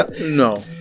no